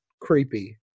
creepy